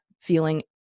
feeling